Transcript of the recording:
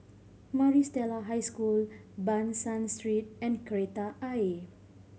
Maris Stella High School Ban San Street and Kreta Ayer